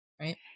right